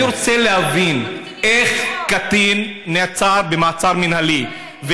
אני רוצה להבין איך קטין נעצר במעצר מינהלי,